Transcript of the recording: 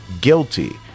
guilty